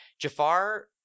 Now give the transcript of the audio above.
jafar